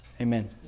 Amen